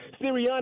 Sirianni